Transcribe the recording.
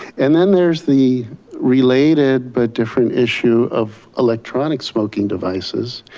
and then there is the related but different issue of electronic smoking devices.